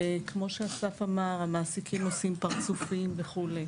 וכמו שאסף אמר, המעסיקים עושים פרצופים וכולי.